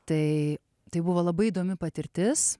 tai tai buvo labai įdomi patirtis